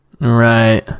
Right